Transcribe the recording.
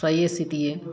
साये सीतियै